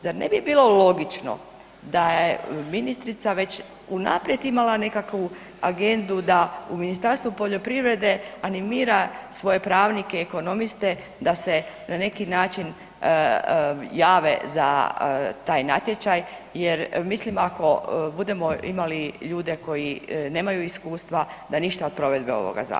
Zar ne bi bilo logično da je ministrica već unaprijed imala nekakvu agendu da u Ministarstvu poljoprivrede animira svoje pravnike i ekonomiste da se na neki način jave za taj natječaj jer mislim ako budemo imali ljude koji nemaju iskustva da ništa od provedbe ovoga zakona?